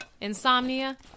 Insomnia